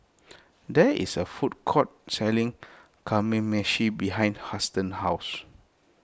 there is a food court selling Kamameshi behind Huston's house